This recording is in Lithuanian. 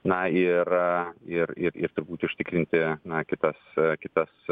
na ir ir ir ir turbūt užtikrinti na kitas kitas